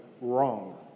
wrong